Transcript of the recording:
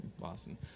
Boston